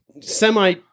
semi